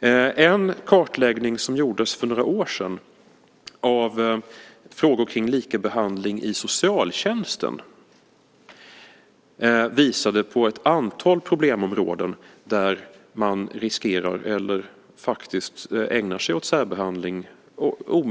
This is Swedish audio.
En kartläggning som gjordes för några år sedan av frågor kring likabehandling i socialtjänsten visade på ett antal problemområden där man riskerar eller faktiskt ägnar sig åt särbehandling